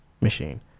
machine